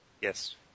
Yes